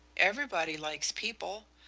everybody likes people.